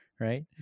right